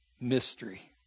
mystery